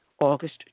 August